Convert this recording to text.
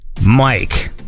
Mike